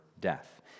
death